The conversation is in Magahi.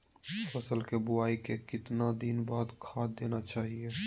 फसल के बोआई के कितना दिन बाद खाद देना चाइए?